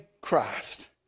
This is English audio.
Christ